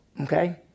Okay